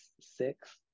six